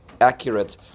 accurate